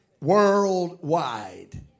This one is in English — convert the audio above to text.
worldwide